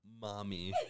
mommy